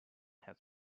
had